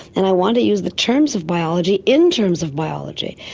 and i want to use the terms of biology in terms of biology.